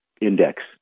index